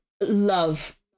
love